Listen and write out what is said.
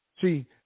See